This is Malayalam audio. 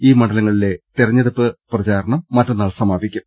ഈ മണ്ഡലങ്ങളിലെ തെരഞ്ഞെ ടുപ്പ് പരസ്യ പ്രചാരണം മറ്റന്നാൾ സമാപിക്കും